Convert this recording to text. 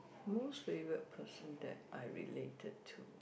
most favourite person that I related to